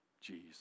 Jesus